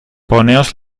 poneos